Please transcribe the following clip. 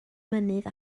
mynydd